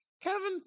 Kevin